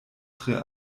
tre